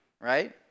right